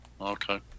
Okay